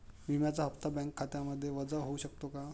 विम्याचा हप्ता बँक खात्यामधून वजा होऊ शकतो का?